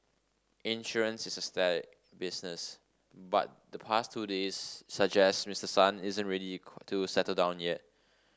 insurance is a staid business but the past two days suggest Mister Son isn't ready to settle down yet